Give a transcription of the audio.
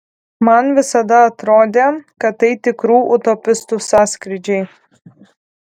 man visada atrodė kad tai tikrų utopistų sąskrydžiai